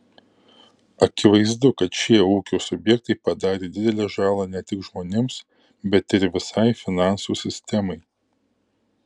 akivaizdu kad šie ūkio subjektai padarė didelę žalą ne tik žmonėms bet ir visai finansų sistemai